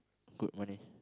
good money